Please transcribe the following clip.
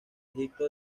egipto